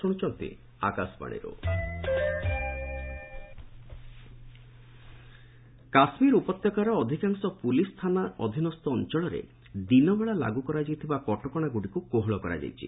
J and K situation Kashmir ଉପତ୍ୟକାର ଅଧିକାଂଶ police ଥାନା ଅଧିନସ୍ଥ ଅଞ୍ଚଳରେ ଦିନବେଳା ଲାଗୁ କରାଯାଇଥିବା କଟକଶାଗୁଡ଼ିକୁ କୋହଳ କରାଯାଇଛି